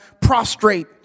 prostrate